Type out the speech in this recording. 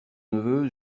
neveu